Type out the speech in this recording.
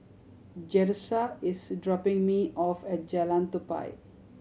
Jerusha is dropping me off at Jalan Tupai